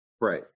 right